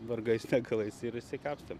vargais negalais ir išsikapstėm